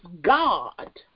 God